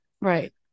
Right